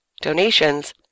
donations